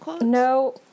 no